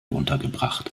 untergebracht